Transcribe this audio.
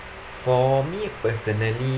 for me personally